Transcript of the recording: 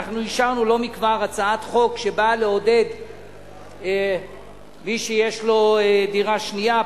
אנחנו אישרנו לא מכבר הצעת חוק שבאה לעודד מי שיש לו דירה שנייה,